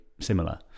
similar